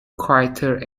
quieter